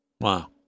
Wow